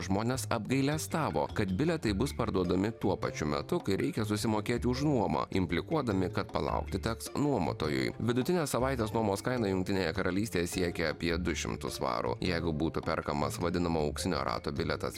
žmonės apgailestavo kad bilietai bus parduodami tuo pačiu metu kai reikia susimokėti už nuomą implikuodami kad palaukti teks nuomotojui vidutinė savaitės nuomos kaina jungtinėje karalystėje siekia apie du šimtus svarų jeigu būtų perkamas vadinamo auksinio rato bilietas